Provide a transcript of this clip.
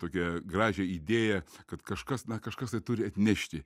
tokią gražią idėją kad kažkas na kažkas tai turi atnešti